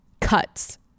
cuts